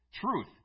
truth